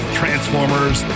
transformers